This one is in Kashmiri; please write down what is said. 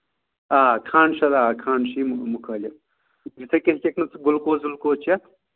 آ کھنٛڈ چھُ کھنٛڈ چھُ یہِ مُخٲلِف یِتھٕے کَنۍ چَکھ نہٕ ژٕ گُلکوز وُلکوز چَتھ